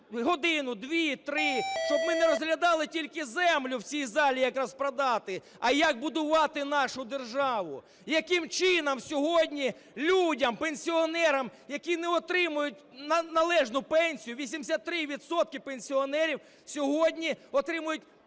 годину, дві, три, щоб ми не розглядали тільки землю в цій залі, як розпродати, а як будувати нашу державу, яким чином сьогодні людям, пенсіонерам, які не отримують належну пенсію, 83 відсотки пенсіонерів сьогодні отримують